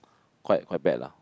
quite quite bad lah